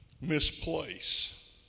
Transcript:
misplace